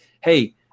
Hey